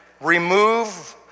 remove